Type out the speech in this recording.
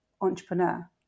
entrepreneur